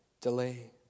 delay